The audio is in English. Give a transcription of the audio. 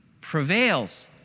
prevails